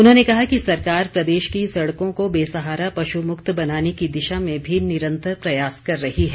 उन्होंने कहा कि सरकार प्रदेश की सड़कों को बेसहारा पशु मुक्त बनाने की दिशा में भी निरंतर प्रयास कर रही है